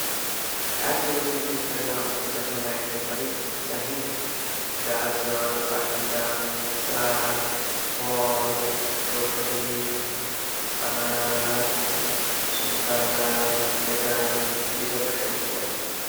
आँखके रोशनी तेज करेला हमनीके चस्मा लगाएके परि चाही गाजर, अंडा, साग, फल, ब्रोक्ली, अनार, सुन्तला, बेदम इसब खाएके परि ।